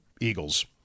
Eagles